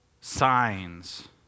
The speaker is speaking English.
signs